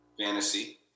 Fantasy